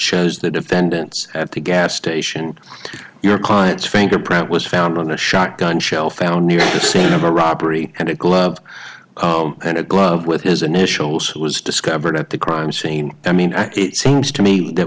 shows the defendants at the gas station your client's fingerprint was found on a shotgun shell found near the scene of a robbery and a glove and a glove with his initials was discovered at the crime scene i mean it seems to me that